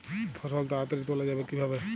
ফসল তাড়াতাড়ি তোলা যাবে কিভাবে?